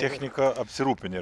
technika apsirūpinę